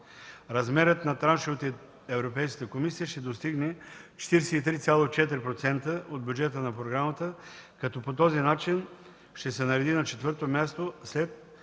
Размерът на траншовете от Европейската комисия ще достигне 43,4% от бюджета на програмата, като по този начин ще се нареди на четвърто място след